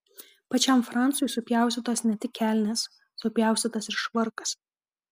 pačiam francui supjaustytos ne tik kelnės supjaustytas ir švarkas